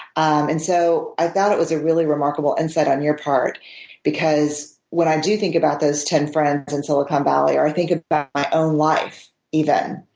and so i thought it was a really remarkable insight on your part because when i do think about those ten friends in silicon valley or i think about my own life even,